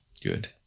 Good